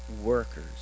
workers